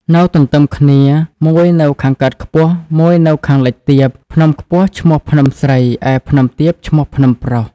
នៅទន្ទឹមគ្នា មួយនៅខាងកើតខ្ពស់ មួយនៅខាងលិចទាប ភ្នំខ្ពស់ឈ្មោះភ្នំស្រី ឯភ្នំទាបឈ្មោះភ្នំប្រុស។